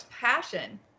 passion